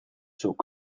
zuk